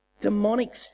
demonic